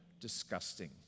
disgusting